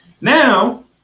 Now